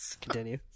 Continue